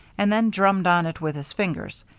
and then drummed on it with his fingers,